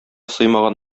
сыймаган